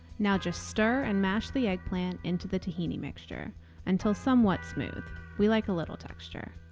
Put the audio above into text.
now, just stir and mash the eggplant into the tahini mixture until somewhat smooth we like a little texture.